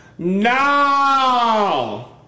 No